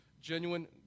genuine